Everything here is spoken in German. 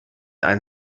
ein